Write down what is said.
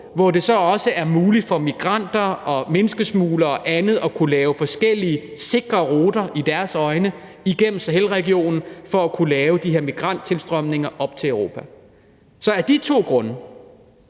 hvor det så også er muligt for migranter og menneskesmuglere og andet at kunne lave forskellige og set med deres øjne sikre ruter igennem Sahelregionen for at kunne lave de her migranttilstrømninger op til Europa. Så af de to grunde